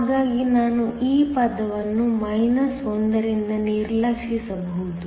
ಹಾಗಾಗಿ ನಾನು ಈ ಪದವನ್ನು 1 ರಿಂದ ನಿರ್ಲಕ್ಷಿಸಬಹುದು